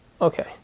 Okay